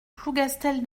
plougastel